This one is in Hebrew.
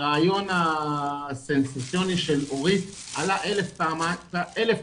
הרעיון הסנסציוני של אורית עלה אלף פעמים